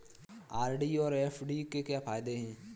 RD और FD के क्या फायदे हैं?